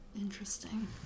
interesting